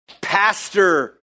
Pastor